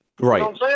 Right